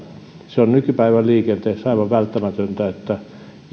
se on nykypäivän liikenteessä aivan välttämätöntä että